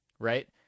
Right